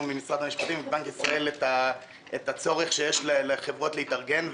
ממשרד המשפטים ומבנק ישראל את הצורך שיש לחברות להתארגן,